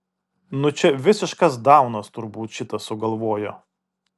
nu čia visiškas daunas turbūt šitą sugalvojo